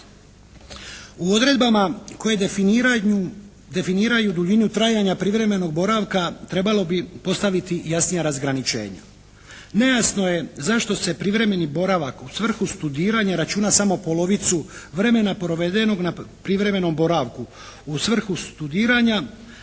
U odredbama koje definiraju duljinu trajanja privremenog boravka trebalo bi postaviti jasnija razgraničenja. Nejasno je zašto se privremeni boravak u svrhu studiranja računa samo polovicu vremena provedenog na privremenog boravka u svrhu studiranja